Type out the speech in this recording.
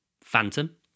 Phantom